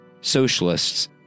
socialists